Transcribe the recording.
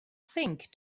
think